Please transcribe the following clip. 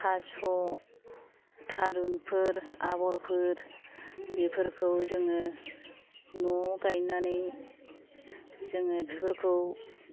थास' थारुनफोर आबरफोर बेफोरखौ जोङो न'आव गायनानै जोङो बेफोरखौ